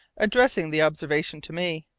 addressing the observation to me.